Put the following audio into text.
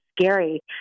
scary